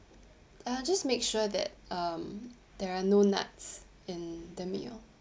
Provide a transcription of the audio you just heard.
ah just make sure that um there are no nuts in the meal